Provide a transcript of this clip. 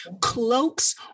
cloaks